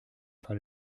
par